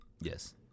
Yes